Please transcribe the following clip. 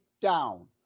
down